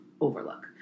overlook